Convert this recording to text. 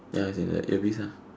ya as in like earpiece ah